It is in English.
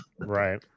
right